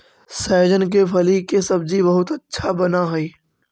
सहजन के फली के सब्जी बहुत अच्छा बनऽ हई